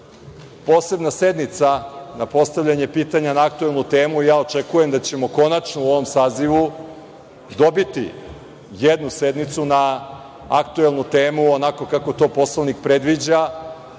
Posebna sednica za postavljanje pitanja na aktuelnu temu i ja očekujem da ćemo konačno u ovom sazivu dobiti jednu sednicu na aktuelnu temu onako kako to Poslovnik predviđa,